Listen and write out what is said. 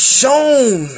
shown